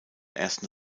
ersten